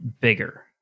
bigger